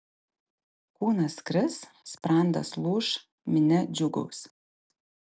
kūnas kris sprandas lūš minia džiūgaus